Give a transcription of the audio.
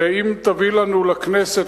ואם תביא לנו לכנסת,